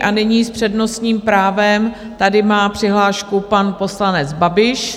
A nyní s přednostním právem tady má přihlášku pan poslanec Babiš.